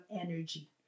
energy